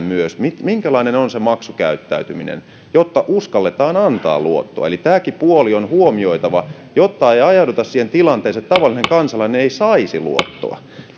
minkälainen on se maksukäyttäytyminen jotta uskalletaan antaa luottoa eli tämäkin puoli on huomioitava jotta ei ajauduta siihen tilanteeseen että tavallinen kansalainen ei saisi luottoa